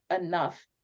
enough